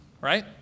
Right